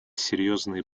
серьезные